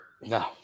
No